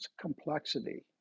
complexity